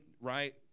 right